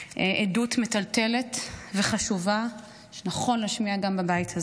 עדות מטלטלת וחשובה, שנכון להשמיע גם בבית הזה.